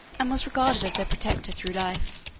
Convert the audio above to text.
and was regarded as their protector through life.